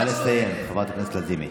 נא לסיים, חברת הכנסת לזימי.